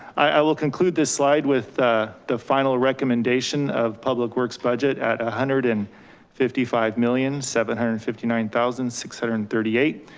i will conclude this slide with the final recommendation of public works budget at one ah hundred and fifty five million seven hundred and fifty nine thousand six hundred and thirty eight.